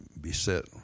beset